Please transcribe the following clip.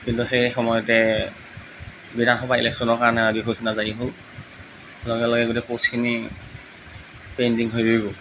কিন্তু সেই সময়তে বিধানসভাৰ ইলেকশ্যনৰ কাৰণে অধিসূচনা জাৰি হ'ল লগে লগে গোটেই পচখিনি পেণ্ডিং হৈ ৰৈ গ'ল